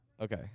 Okay